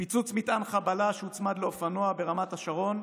פיצוץ מטען חבלה שהוצמד לאופנוע ברמת השרון,